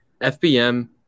FBM